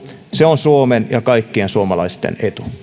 se on suomen ja kaikkien suomalaisten etu